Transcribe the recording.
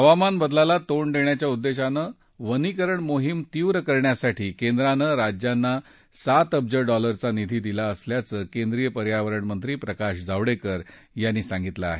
हवामान बदलाला तोंड देण्याच्या उद्देशानं वनीकरण मोहीम तीव्र करण्यासाठी केंद्रानं राज्यांना सात अब्ज डॉलरचा निधी दिला असल्याचं केंद्रीय पर्यावरणमंत्री प्रकाश जावडेकर यांनी सांगितलं आहे